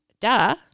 Duh